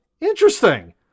interesting